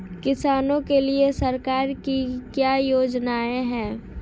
किसानों के लिए सरकार की क्या योजनाएं हैं?